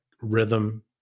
rhythm